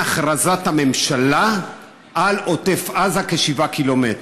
הכרזת הממשלה על עוטף עזה כשבעה קילומטר.